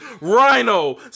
Rhino